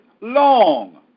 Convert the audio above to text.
long